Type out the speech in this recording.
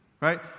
right